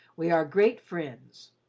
we are great friends.